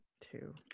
Two